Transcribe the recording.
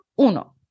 uno